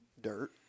dirt